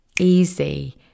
easy